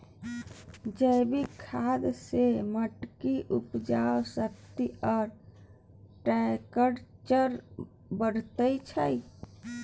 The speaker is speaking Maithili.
जैबिक खाद सँ माटिक उपजाउ शक्ति आ टैक्सचर बढ़ैत छै